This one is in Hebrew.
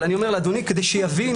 אבל אני אומר לאדוני כדי שיבין,